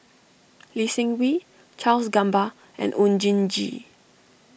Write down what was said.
Lee Seng Wee Charles Gamba and Oon Jin Gee